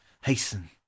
Hasten